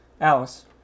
Alice